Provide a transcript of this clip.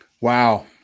Wow